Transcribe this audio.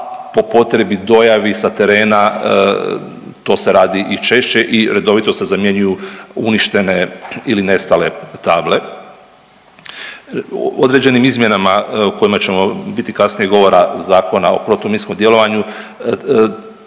po potrebi dojavi sa terena to se radi i češće i redovito se zamjenjuju uništene ili nestale table. Određenim izmjenama o kojima će biti kasnije govora Zakona o protuminskom djelovanju